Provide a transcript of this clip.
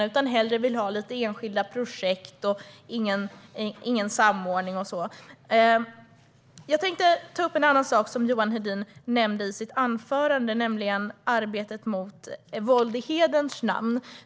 De vill hellre ha lite enskilda projekt, ingen samordning och så vidare. Jag tänkte ta upp en annan sak som Johan Hedin nämnde i sitt anförande, nämligen arbetet mot våld i hederns namn.